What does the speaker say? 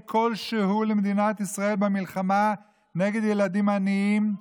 כלשהו למדינת ישראל במלחמה נגד ילדים עניים,